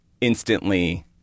instantly